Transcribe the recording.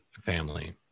family